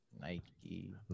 Nike